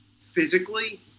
physically